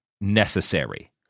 necessary